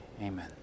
Amen